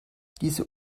diese